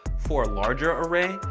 for a larger array,